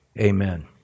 amen